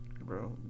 Bro